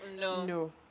No